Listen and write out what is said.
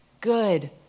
good